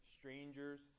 Strangers